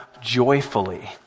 joyfully